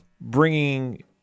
bringing